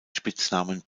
spitznamen